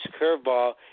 curveball